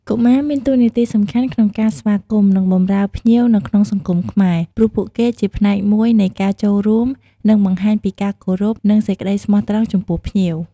កុមារមានតួនាទីសំខាន់ក្នុងការស្វាគមន៍ និងបម្រើភ្ញៀវនៅក្នុងសង្គមខ្មែរ ព្រោះពួកគេជាផ្នែកមួយនៃការចូលរួម និងបង្ហាញពីការគោរពនិងសេចក្តីស្មោះត្រង់ចំពោះភ្ញៀវ។